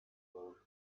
york